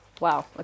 Wow